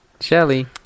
shelly